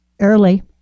early